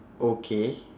okay